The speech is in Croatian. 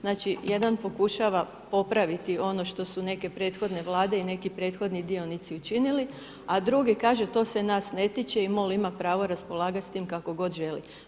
Znači, jedan pokušava popraviti ono što su neke prethodne vlade i neki prethodni dionici učinili, a drugi kaže to se nas ne tiče i MOL ima pravo raspolagati s tim kako god želi.